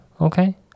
Okay